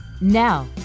Now